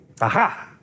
aha